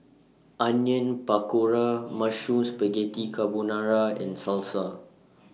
Onion Pakora Mushroom Spaghetti Carbonara and Salsa